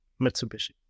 Mitsubishi